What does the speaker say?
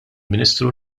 ministru